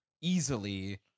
easily